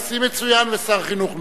הוא היה נשיא מצוין ושר חינוך מצוין.